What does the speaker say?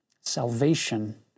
Salvation